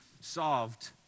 solved